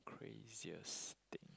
craziest thing